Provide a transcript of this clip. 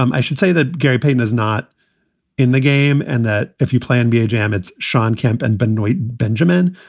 um i should say that gary payne is not in the game and that if you play and nba ah jam, it's shawn kemp and benoit benjamin.